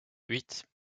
huit